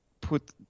put